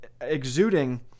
exuding